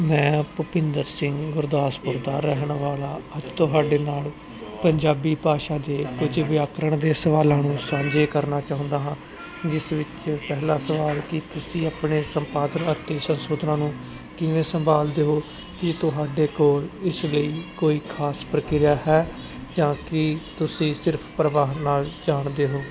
ਮੈਂ ਭੁਪਿੰਦਰ ਸਿੰਘ ਗੁਰਦਾਸਪੁਰ ਦਾ ਰਹਿਣ ਵਾਲਾ ਅੱਜ ਤੁਹਾਡੇ ਨਾਲ ਪੰਜਾਬੀ ਭਾਸ਼ਾ ਦੇ ਕੁਝ ਵਿਆਕਰਣ ਦੇ ਸਵਾਲਾਂ ਨੂੰ ਸਾਂਝੇ ਕਰਨਾ ਚਾਹੁੰਦਾ ਹਾਂ ਜਿਸ ਵਿੱਚ ਪਹਿਲਾ ਸਵਾਲ ਕੀ ਤੁਸੀਂ ਆਪਣੇ ਸੰਪਾਦਨਾ ਅਤੇ ਸੰਸ਼ੋਧਨ ਨੂੰ ਕਿਵੇਂ ਸੰਭਾਲਦੇ ਹੋ ਕਿ ਤੁਹਾਡੇ ਕੋਲ ਇਸ ਲਈ ਕੋਈ ਖਾਸ ਪ੍ਰਕਿਰਿਆ ਹੈ ਜਾਂ ਕੀ ਤੁਸੀਂ ਸਿਰਫ ਪਰਿਵਾਰ ਨਾਲ ਜਾਣਦੇ ਹੋ